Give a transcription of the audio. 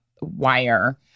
wire